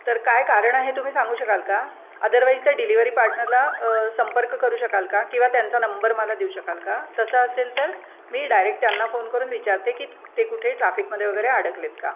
तर काय कारण आहे तुम्ही सांगू शकाल का अदरवाईज त्या डिलिवरी पार्टनरला संपर्क करू शकाल का किंवा त्यांचा नंबर मला देऊ शकाल का तसं असेल तर मी डायरेक्ट त्यांना फोन करून विचारते की ते कुठे ट्राफिकमध्ये वगैरे अडकलेत का